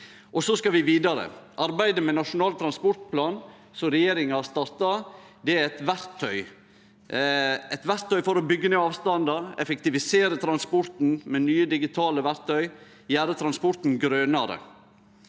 Vi skal vidare. Arbeidet med Nasjonal transportplan som regjeringa har starta, er eit verktøy for å byggje ned avstandar, effektivisere transporten med nye digitale verktøy og gjere transporten grønare.